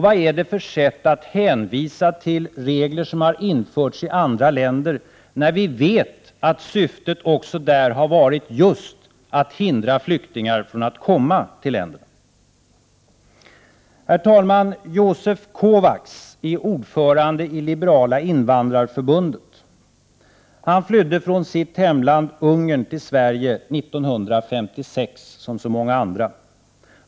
Vad är det för sätt, att hänvisa till regler som har införts i andra länder, när vi vet att syftet också där har varit att hindra flyktingar från att komma till de länderna? Herr talman! Josef Kovacs är ordförande i Liberala invandrarförbundet. Han flydde från sitt hemland Ungern till Sverige 1956, som så många andra.